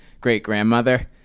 great-grandmother